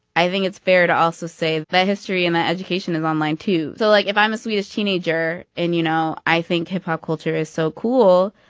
i think it's fair to also say that history and education is online too. so like, if i'm a swedish teenager, and, you know, i think hip-hop culture is so cool,